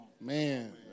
Man